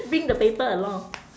bring the paper along